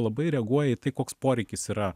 labai reaguoja į tai koks poreikis yra